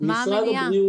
מה הבעיה?